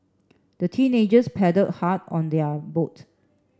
the teenagers paddle hard on their boat